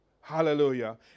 hallelujah